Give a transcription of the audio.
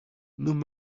noem